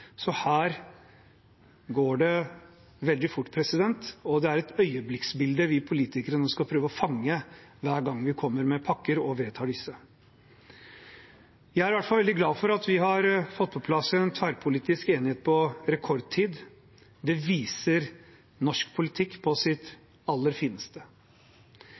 Så her går det veldig fort, og det er et øyeblikksbilde vi politikere nå skal prøve å fange hver gang vi kommer med pakker og vedtar disse. Jeg er i hvert fall veldig glad for at vi har fått på plass en tverrpolitisk enighet på rekordtid. Det viser norsk politikk på sitt aller fineste.